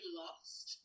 lost